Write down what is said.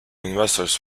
investors